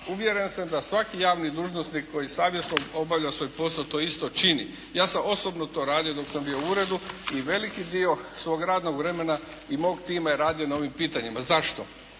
uvjeren sam da svaki javni dužnosnik koji savjesno obavlja svoj posao to isto čini. Ja sam osobno to radio dok sam bio u uredu i veliki dio svog radnog vremena i mog tima je radio na ovim pitanjima. Zašto?